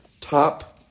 top